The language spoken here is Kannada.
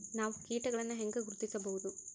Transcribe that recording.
ನಾವು ಕೇಟಗಳನ್ನು ಹೆಂಗ ಗುರ್ತಿಸಬಹುದು?